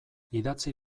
idatzi